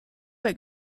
bei